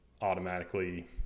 automatically